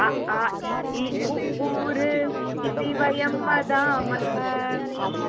अ आ इ ई उ ऊ ऋ इति वयं वदामः